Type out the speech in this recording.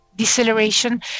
deceleration